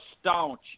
staunch